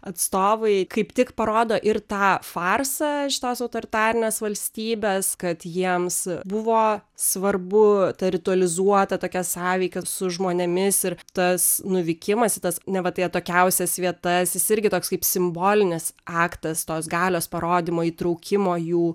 atstovai kaip tik parodo ir tą farsą šitos autoritarinės valstybės kad jiems buvo svarbu ta ritualizuota tokia sąveika su žmonėmis ir tas nuvykimas į tas neva tai atokiausias vietas jis irgi toks kaip simbolinis aktas tos galios parodymo įtraukimo jų